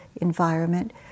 environment